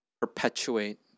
perpetuate